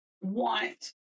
want